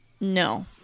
no